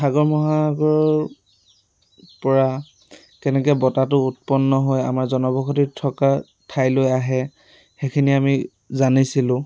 সাগৰ মহাসাগৰৰ পৰা কেনেকৈ বতাহটো উৎপন্ন হৈ আমাৰ জনবসতি থকা ঠাইলৈ আহে সেইখিনি আমি জানিছিলোঁ